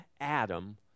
Adam